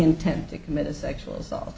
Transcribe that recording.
intent to commit a sexual assault